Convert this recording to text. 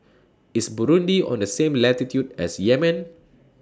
IS Burundi on The same latitude as Yemen